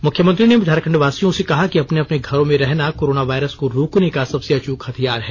मुख्यमंत्री ने झारखंडवासियों से कहा कि अपने अपने घरों में रहना कोरोना वायरस को रोकने का सबसे अच्रक हथियार है